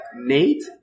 Nate